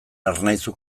ernaizu